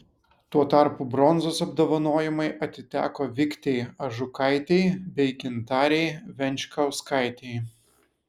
tuo tarpu bronzos apdovanojimai atiteko viktei ažukaitei bei gintarei venčkauskaitei